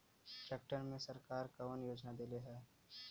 Tractor मे सरकार कवन योजना देले हैं?